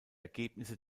ergebnisse